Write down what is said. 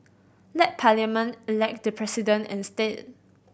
let Parliament elect the President instead